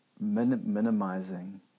minimizing